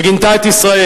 שגינתה את ישראל.